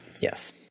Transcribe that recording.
Yes